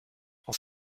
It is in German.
auf